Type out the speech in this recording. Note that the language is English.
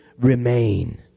remain